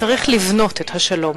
צריך לבנות את השלום,